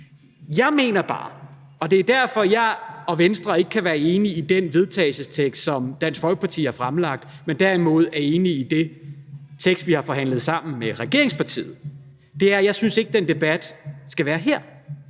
Jeg mener bare ikke – og det er derfor, jeg og Venstre ikke kan være enige i den vedtagelsestekst, som Dansk Folkeparti har fremlagt, men derimod er enige i den tekst, vi har forhandlet sammen med regeringspartiet – at den debat skal være her.